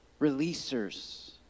releasers